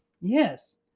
Yes